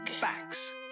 Facts